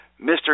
Mr